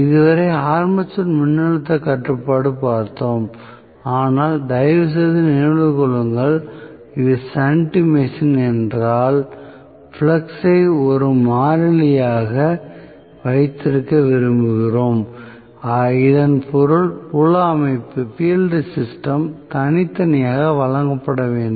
இதுவரை ஆர்மேச்சர் மின்னழுத்த கட்டுப்பாடு பார்த்தோம் ஆனால் தயவுசெய்து நினைவில் கொள்ளுங்கள் இது ஷன்ட் மெஷின் என்றால் ஃப்ளக்ஸ் ஐ ஒரு மாறிலியாக வைத்திருக்க விரும்புகிறோம் இதன் பொருள் புல அமைப்பு தனித்தனியாக வழங்கப்பட வேண்டும்